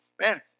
Man